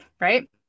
right